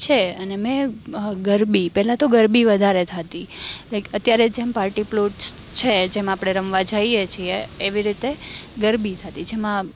છે અને મેં ગરબી પહેલાં તો ગરબી વધારે થતી લાઇક અત્યારે જેમ પાર્ટીપ્લોટ્સ છે જેમાં આપણે રમવા જાઈએ છીએ એવી રીતે ગરબી થતી જેમાં